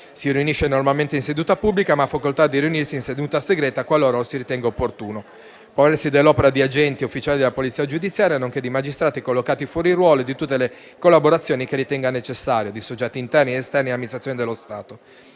si riunisce normalmente in seduta pubblica, ma ha facoltà di riunirsi in seduta segreta qualora lo si ritenga opportuno; può avvalersi dell'opera di agenti ufficiali della polizia giudiziaria, nonché di magistrati collocati fuori ruolo e di tutte le collaborazioni che ritenga necessario di soggetti interni o esterni alle amministrazioni dello Stato.